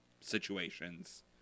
situations